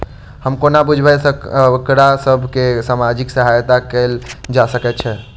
हम कोना बुझबै सँ ककरा सभ केँ सामाजिक सहायता कैल जा सकैत छै?